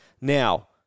now